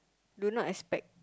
do not expect